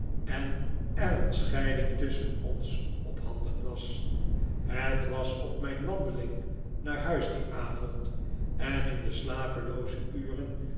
en er een scheiding tusschen ons ophanden was het was op mijn wandeling naar huis dien avond en in de slapelooze uren